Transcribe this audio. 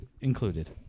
included